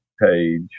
page